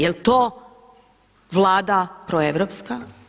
Jel' to Vlada proeuropska?